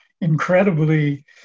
incredibly